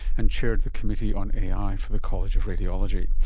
and chaired the committee on ai for the college of radiology.